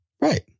Right